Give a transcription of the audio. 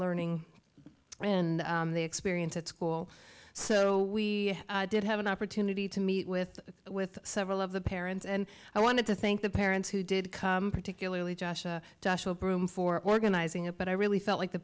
learning in the experience at school so we did have an opportunity to meet with with several of the parents and i wanted to think the parents who did particularly josh joshua broome for organizing it but i really felt like the